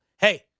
hey